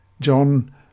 John